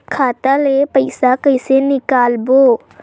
खाता ले पईसा कइसे निकालबो?